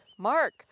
Mark